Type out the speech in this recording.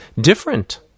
Different